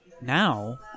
now